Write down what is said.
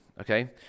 Okay